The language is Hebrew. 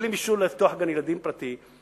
מקבלים אישור לפתוח גן-ילדים פרטי,